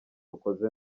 ukoze